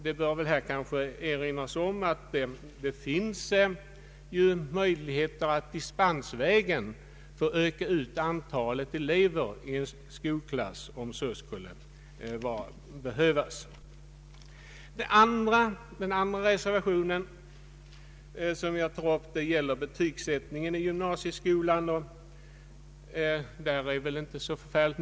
Det bör här kanske erinras om att möjligheter finns att dispensvägen öka ut antalet elever i en skolklass, om så skulle behövas. Den andra reservationen, som jag tar upp, gäller betygsättningen i gymnasieskolan. Om det är väl inte mycket att säga.